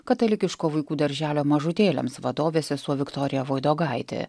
katalikiško vaikų darželio mažutėliams vadovė sesuo viktorija voidogaitė